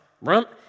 rump